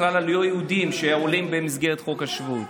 לא דיברתי בכלל על לא יהודים שעולים במסגרת חוק השבות.